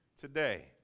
today